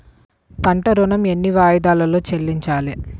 పంట ఋణం ఎన్ని వాయిదాలలో చెల్లించాలి?